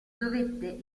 dovette